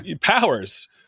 powers